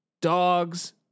dogs